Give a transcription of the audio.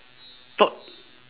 thought